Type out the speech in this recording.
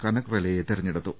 കനക് റെലേയെ തെരഞ്ഞെടുത്തു